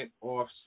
off